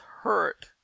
hurt